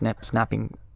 snapping